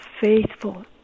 faithful